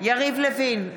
יריב לוין,